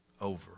over